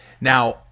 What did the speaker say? Now